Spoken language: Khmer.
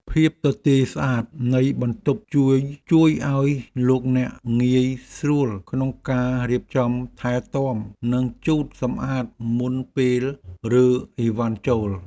ភាពទទេរស្អាតនៃបន្ទប់ជួយឱ្យលោកអ្នកងាយស្រួលក្នុងការរៀបចំថែទាំនិងជូតសម្អាតមុនពេលរើអីវ៉ាន់ចូល។